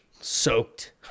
soaked